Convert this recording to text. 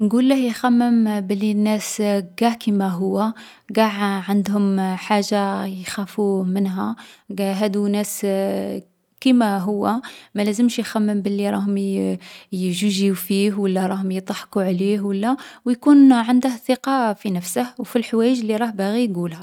نقوله يخمّم بلي الناس قاع كيما هو. قاع عـ عندهم حاجة يخافو منها. قـ هاذو ناس كيما هو. ما لازمش يخمم بلي راهم يـ يجوجيو فيهم و لا راهم يضحكو عليه و لا. و يكون عنده ثقة في نفسه و في الحوايج لي راه باغي يقولها.